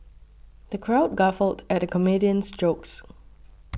the crowd guffawed at the comedian's jokes